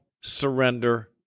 surrender